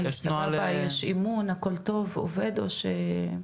קבלה, יש אמון, הכל טוב, עובד או ש-?